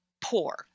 poor